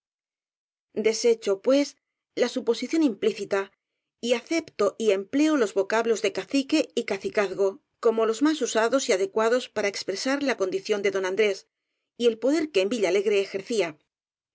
desecho pues la suposición implícita y acepto y empleo los vocablos de cacique y cacicazgo como los más usados y adecuados para expresar la con dición de don andrés y el poder que en villalegre ejercía